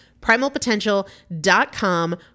Primalpotential.com